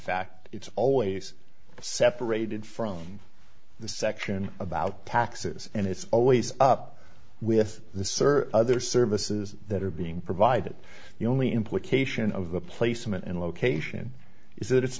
fact it's always separated from the section about taxes and it's always up with the sir other services that are being provided the only implication of the placement and location is that it's